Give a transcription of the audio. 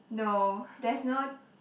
no there's no